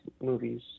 movies